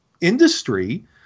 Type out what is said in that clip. industry